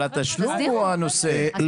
אבל התשלום הוא הנושא.